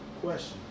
question